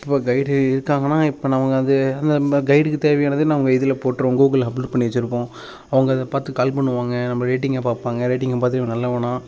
இப்போ கைடு இருக்காங்கன்னா இப்போது நமக்கு அது நம்ம கைடுக்கு தேவையானது நான் அவங்க இதில் போட்டுருவோம் கூகுளில் அப்லோட் பண்ணி வச்சிருப்போம் அவங்க அதை பார்த்து கால் பண்ணுவாங்க நம்ம ரேட்டிங்கை பார்ப்பாங்க ரேட்டிங்கை பார்த்து இவன் நல்லவனா